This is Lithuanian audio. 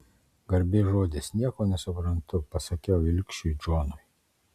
garbės žodis nieko nesuprantu pasakiau ilgšiui džonui